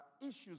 issues